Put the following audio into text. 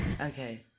okay